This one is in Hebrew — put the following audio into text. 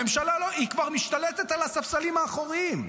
הממשלה כבר משתלטת על הספסלים האחוריים.